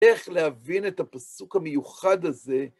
איך להבין את הפסוק המיוחד הזה?